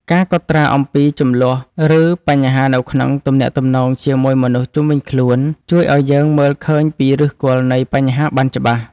ការកត់ត្រាអំពីជម្លោះ ឬបញ្ហានៅក្នុងទំនាក់ទំនងជាមួយមនុស្សជុំវិញខ្លួន ជួយឱ្យយើងមើលឃើញពីឫសគល់នៃបញ្ហាបានច្បាស់។